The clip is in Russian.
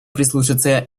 прислушаться